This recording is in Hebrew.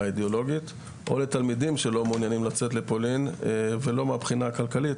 אידאולוגית או לתלמידים שלא מעוניינים לצאת לפולין ולא מהבחינה הכלכלית,